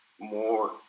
more